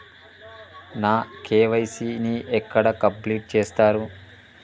నా కే.వై.సీ ని ఎక్కడ కంప్లీట్ చేస్తరు?